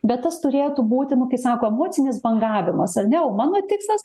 bet tas turėtų būti nu kai sako emocinis bangavimas ar ne o mano tikslas